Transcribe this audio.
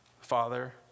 Father